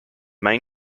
main